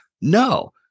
no